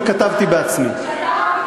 וכתבתי בעצמי.